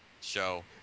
show